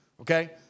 okay